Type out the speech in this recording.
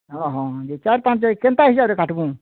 ହଁ ହଁ ଯେ ଚାର୍ ପାଞ୍ଚ୍ ଯେ କେନ୍ତା ହିସାବରେ କାଟିବୁ